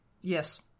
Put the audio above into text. Yes